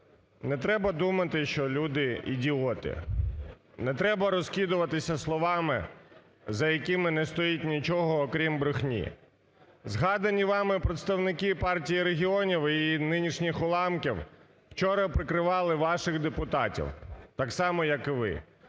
Не треба думати, що люди ідіоти. Не треба розкидуватись словами, за якими не стоїть нічого, окрім брехні. Згадані вами представники Партії регіонів і її нинішніх "уламків" вчора прикривали ваших депутатів, так само, як і ви,